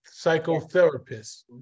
psychotherapist